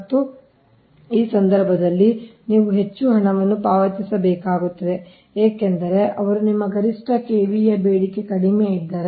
ಮತ್ತು ಈ ಸಂದರ್ಭದಲ್ಲಿ ನೀವು ಹೆಚ್ಚು ಹಣವನ್ನು ಪಾವತಿಸಬೇಕಾಗುತ್ತದೆ ಏಕೆಂದರೆ ಅವರು ನಿಮ್ಮ ಗರಿಷ್ಠ KVA ಬೇಡಿಕೆಯ ಮೇಲೆ ವಿಧಿಸುವ ಎರಡು ಭಾಗ ತಾರೀಫ್ಫ್ನ್ನು ಸುಂಕವನ್ನು ಹೊಂದಿದ್ದಾರೆ